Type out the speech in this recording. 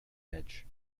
edge